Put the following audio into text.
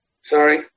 sorry